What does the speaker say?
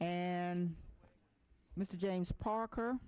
and mr james parker